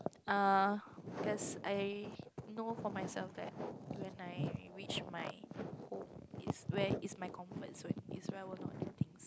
err that's I know for myself there then I wish my hope is where is my comfort zone is well were not to think